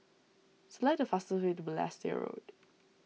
select the fastest way to Balestier Road